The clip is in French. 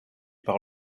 par